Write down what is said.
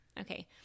Okay